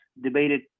debated